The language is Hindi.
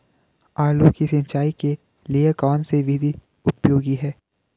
आलू की सिंचाई के लिए कौन सी विधि उपयोगी है?